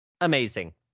amazing